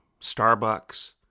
Starbucks